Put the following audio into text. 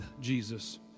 Jesus